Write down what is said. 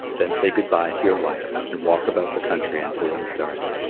then say good-bye to your wife, and walk about the country until it is dark.